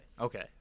okay